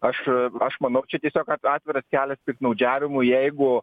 aš aš manau čia tiesiog at atviras kelias piktnaudžiavimui jeigu